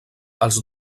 els